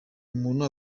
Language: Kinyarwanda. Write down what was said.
umuntu